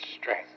strength